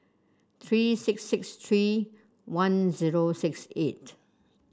three six six three one zero six eight